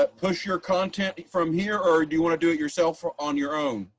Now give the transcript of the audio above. but push your content from here or do you want to do it yourself or on your own?